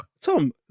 Tom